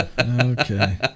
Okay